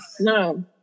no